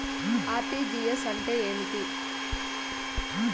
RTGS అంటే ఏమి